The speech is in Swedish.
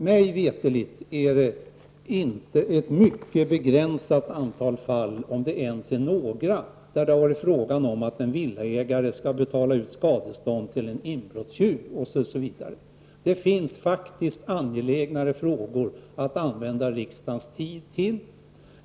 Mig veterligt är det ett mycket begränsat antal fall, om det ens är något där det har varit fråga om en villaägare som har fått betala skadestånd till en inbrottstjuv. Det finns faktiskt angelägnare frågor att använda riksdagens tid till.